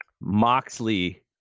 Moxley